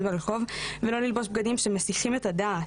ברחוב ולא ללבוש בגדים שמסיחים את הדעת,